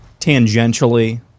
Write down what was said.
tangentially